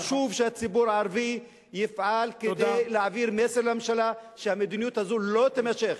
חשוב שהציבור הערבי יפעל כדי להעביר מסר לממשלה שהמדיניות הזו לא תימשך.